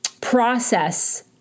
process